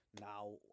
Now